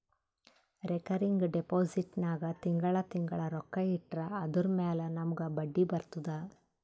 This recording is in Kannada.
ರೇಕರಿಂಗ್ ಡೆಪೋಸಿಟ್ ನಾಗ್ ತಿಂಗಳಾ ತಿಂಗಳಾ ರೊಕ್ಕಾ ಇಟ್ಟರ್ ಅದುರ ಮ್ಯಾಲ ನಮೂಗ್ ಬಡ್ಡಿ ಬರ್ತುದ